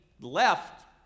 left